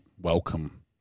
welcome